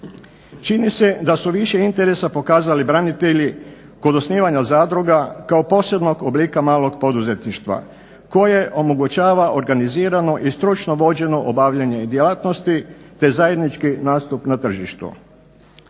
Čini se da su više interesa pokazali branitelji kod osnivanja zadruga kao posebnog oblika malog poduzetništva koje omogućava organizirano i stručno vođeno obavljanje djelatnosti te zajednički nastup na tržištu.